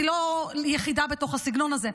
היא לא יחידה בסגנון הזה.